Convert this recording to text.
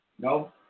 no